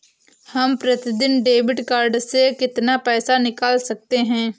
हम प्रतिदिन debit card से कितना पैसा निकाल सकते हैं?